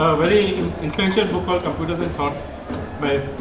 ah very influential book all computers and thought by.